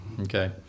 okay